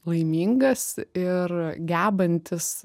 laimingas ir gebantis